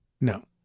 no